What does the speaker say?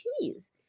cheese